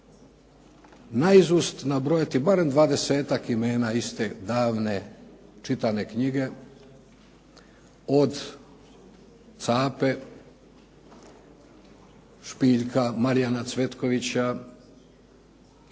najizust nabrojati barem 20-ak imena iz te davne čitane knjige od Cape, Špiljka, Marjana Cvetkovića,